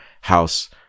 house